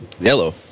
Yellow